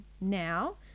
now